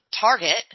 target